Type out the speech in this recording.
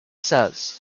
says